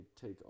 take